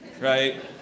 right